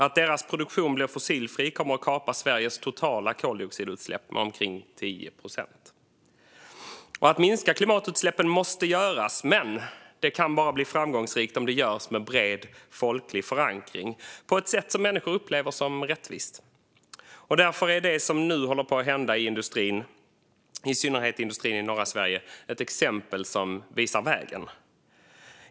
Att deras produktion blir fossilfri kommer att kapa Sveriges totala koldioxidutsläpp med omkring 10 procent. Att minska klimatutsläppen är något som måste göras. Men det kan bara bli framgångsrikt om det görs med bred folklig förankring på ett sätt som människor upplever som rättvist. Därför är det som nu håller på att hända i industrin, i synnerhet i industrin i norra Sverige, ett exempel som visar vägen.